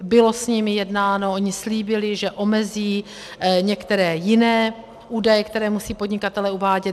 Bylo s nimi jednáno, oni slíbili, že omezí některé jiné údaje, které musí podnikatelé uvádět.